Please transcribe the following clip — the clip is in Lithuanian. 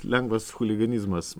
lengvas chuliganizmas